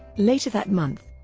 later that month,